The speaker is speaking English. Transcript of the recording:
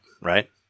right